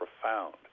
profound